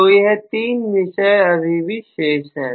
तो यह तीन विषय अभी भी शेष है